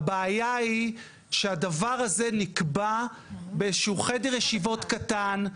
הבעיה היא שהדבר הזה נקבע באיזשהו חדר ישיבות קטן.